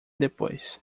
depois